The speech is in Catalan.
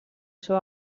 seu